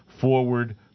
forward